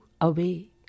away